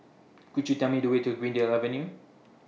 Could YOU Tell Me The Way to Greendale Avenue